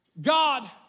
God